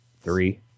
three